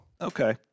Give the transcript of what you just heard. Okay